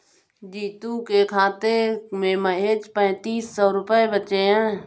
जीतू के खाते में महज पैंतीस सौ रुपए बचे हैं